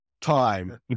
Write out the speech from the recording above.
time